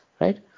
right